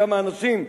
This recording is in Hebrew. כמה אנשים,